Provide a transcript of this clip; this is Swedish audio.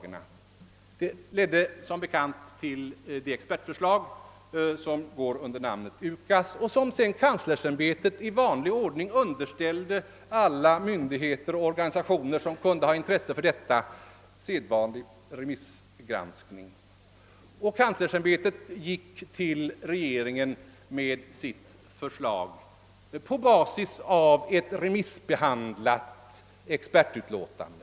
Detta ledde till det expertförslag som fick namnet UKAS och som underställdes alla myndigheter och organisationer, som kunde ha intresse därav, för sedvanlig remissgranskning. Universitetskanslersämbetet gick därefter till regeringen med sitt förslag, som alltså var baserat på ett remissbehandlat expertutlåtande.